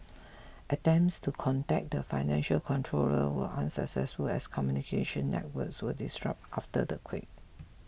attempts to contact the financial controller were unsuccessful as communication networks were disrupted after the quake